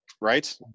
Right